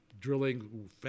Drilling